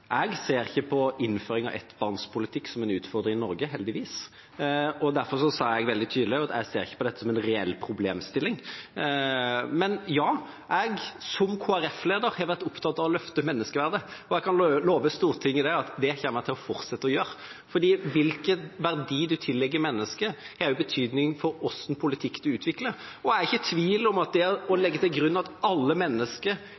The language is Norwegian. jeg sa veldig tydelig, ser jeg ikke på innføring av ettbarnspolitikk som en utfordring i Norge, heldigvis. Derfor sa jeg også veldig tydelig at jeg ikke ser på dette som en reell problemstilling, men ja, som Kristelig Folkeparti-leder har jeg vært opptatt av å løfte menneskeverdet. Jeg kan love Stortinget at det kommer jeg til å fortsette å gjøre, for hvilken verdi man tillegger mennesket, har også betydning for hvilken politikk man utvikler. Jeg er ikke i tvil om at det å